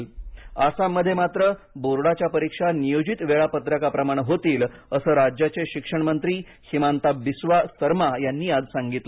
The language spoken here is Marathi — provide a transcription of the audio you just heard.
आसाम असाममध्ये मात्र बोर्डाच्या परीक्षा नियोजित वेळापत्रकाप्रमाणे होतील असं राज्याचे शिक्षण मंत्री हिमांता बिस्वा सर्मा यांनी आज सांगितलं